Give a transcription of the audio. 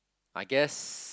my guess